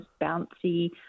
bouncy